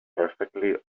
perfectly